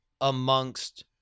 amongst